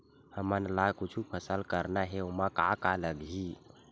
हमन ला कुछु फसल करना हे ओमा का का लगही?